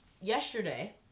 yesterday